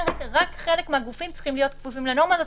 חלק מהגופים צריכים להיות כפופים אליה.